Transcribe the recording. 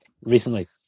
recently